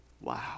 Wow